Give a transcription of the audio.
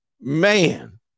man